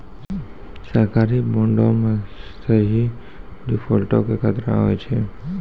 सरकारी बांडो मे सेहो डिफ़ॉल्ट के खतरा होय छै